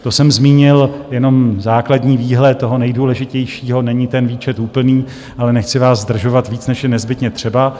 To jsem zmínil jenom základní výhled toho nejdůležitějšího, není ten výčet úplný, ale nechci vás zdržovat víc, než je nezbytně třeba.